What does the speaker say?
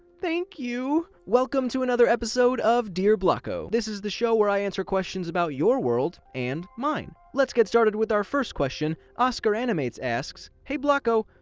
thank you! welcome to another episode of dear blocko! this is show where i answer questions about your world and mine! let's get started with our first question! oscar animates asks hey blocko,